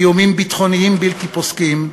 איומים ביטחוניים בלתי פוסקים,